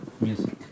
music